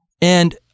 And-